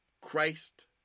Christ